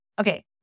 Okay